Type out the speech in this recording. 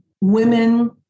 women